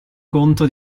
conto